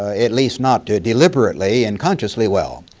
ah at least not deliberately and consciously well.